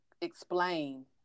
explain